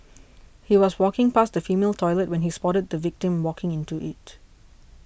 he was walking past the female toilet when he spotted the victim walking into it